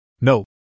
No